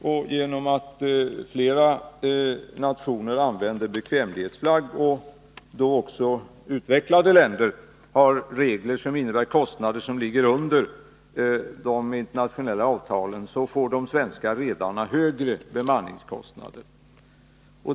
Eftersom flera nationer använder bekvämlighetsflagg och också utvecklade länder har regler som innebär kostnader som ligger under de internationella avtalen, får de svenska redarna högre bemanningskostnader.